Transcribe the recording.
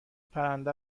پرنده